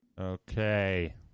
Okay